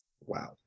Wow